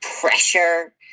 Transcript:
pressure